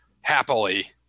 happily